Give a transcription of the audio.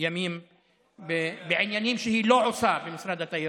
ימים בעניינים שהיא לא עושה במשרד התיירות.